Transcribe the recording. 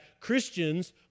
Christians